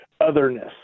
otherness